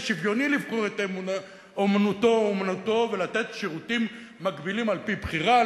ושוויוני לבחור את "אומנותו אמונתו" ולתת שירותים מקבילים על-פי בחירה,